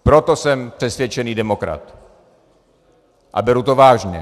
Proto jsem přesvědčený demokrat a beru to vážně.